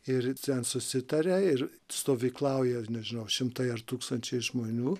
ir ten susitaria ir stovyklauja nežinau šimtai ar tūkstančiai žmonių